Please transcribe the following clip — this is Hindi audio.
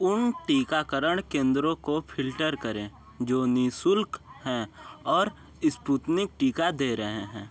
उन टीकाकरण केंद्रों को फिल्टर करें जो निः शुल्क हैं और इस्पुतनिक टीका दे रहे हैं